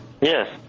yes